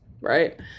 right